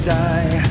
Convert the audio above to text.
die